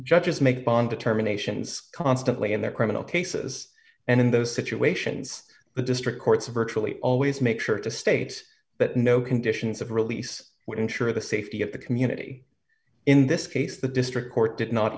judges make bond determinations constantly in their criminal cases and in those situations the district courts virtually always make sure to state but no conditions of release would ensure the safety of the community in this case the district court did not